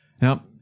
Now